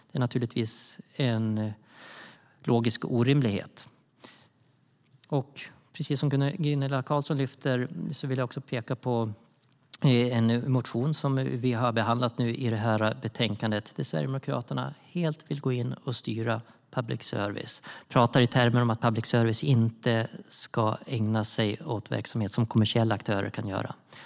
Det är naturligtvis en logisk orimlighet. Liksom Gunilla Carlsson vill jag peka på en motion som vi har behandlat i det här betänkandet där Sverigedemokraterna helt vill gå in och styra public service. De pratar i termer som att public service inte ska ägna sig åt verksamhet som kommersiella aktörer kan göra.